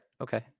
Okay